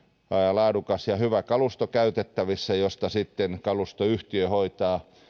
laadukas ja hyvä kalusto käytettävissä ja kalustoyhtiö hoitaa